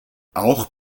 auch